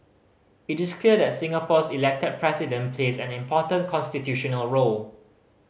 it is clear that Singapore's Elected President plays an important constitutional role